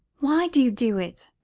why do you do it?